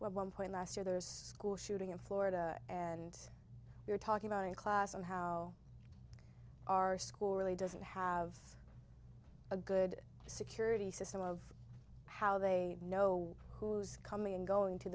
one point last year there's school shooting in florida and we're talking about in class and how our school really doesn't have a good security system of how they know who's coming and going